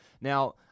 now